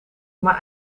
maar